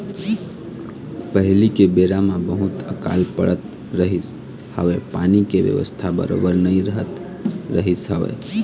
पहिली के बेरा म बहुत अकाल पड़त रहिस हवय पानी के बेवस्था बरोबर नइ रहत रहिस हवय